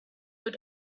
had